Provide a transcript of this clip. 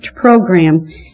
program